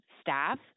staff